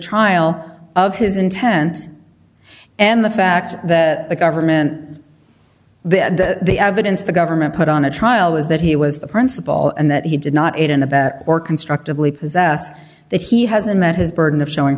trial of his intent and the fact that the government the evidence the government put on a trial was that he was the principal and that he did not aid and abet or constructively possess that he hasn't met his burden of showing